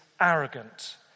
arrogant